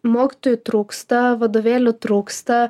mokytojų trūksta vadovėlių trūksta